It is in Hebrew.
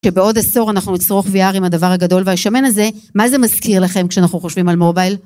כשבעוד עשור אנחנו נצרוך VR עם הדבר הגדול והישמן הזה, מה זה מזכיר לכם כשאנחנו חושבים על מובייל?